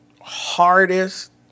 hardest